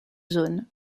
zone